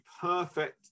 perfect